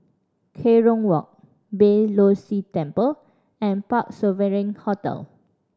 Kerong Walk Beeh Low See Temple and Parc Sovereign Hotel